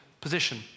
position